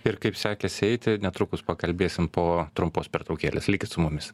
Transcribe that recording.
ir kaip sekėsi eiti netrukus pakalbėsim po trumpos pertraukėlės likit su mumis